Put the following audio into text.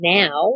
now –